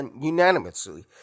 unanimously